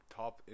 top